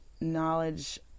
knowledge